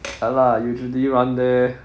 ya lah usually run there